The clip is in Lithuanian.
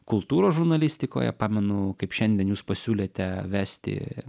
kultūros žurnalistikoje pamenu kaip šiandien jūs pasiūlėte vesti